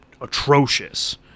atrocious